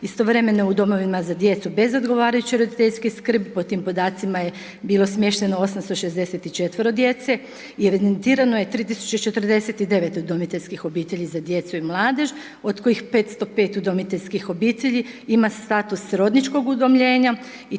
istovremeno u domovina za djecu bez odgovarajuće roditeljske skrbi, po tim podacima je bilo smješteno 864 djece, i evidentirano je 3049 udomiteljskih obitelji za djecu i mladež, od kojih 505 udomiteljskih obitelji ima status srodničkog udomljenja i